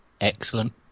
excellent